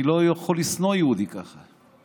אני לא יכול לשנוא יהודי ככה.